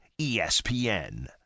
espn